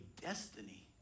destiny